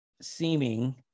seeming